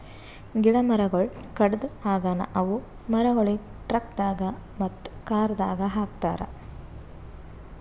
ಗಿಡ ಮರಗೊಳ್ ಕಡೆದ್ ಆಗನ ಅವು ಮರಗೊಳಿಗ್ ಟ್ರಕ್ದಾಗ್ ಮತ್ತ ಕಾರದಾಗ್ ಹಾಕತಾರ್